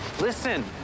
Listen